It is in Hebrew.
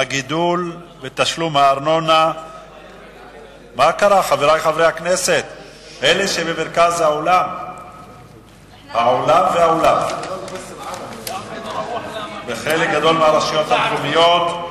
הגדלת הארנונה בחלק גדול מהרשויות המקומיות,